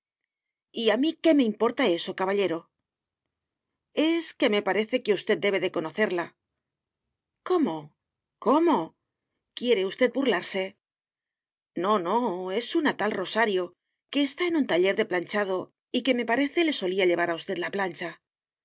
y a mí qué me importa eso caballero es que me parece que usted debe de conocerla cómo cómo quiere usted burlarse no no es una tal rosario que está en un taller de planchado y que me parece le solía llevar a usted la plancha